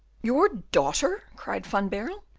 your daughter? cried van baerle.